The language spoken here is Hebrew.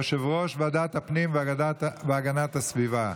יושב-ראש ועדת הפנים והגנת הסביבה.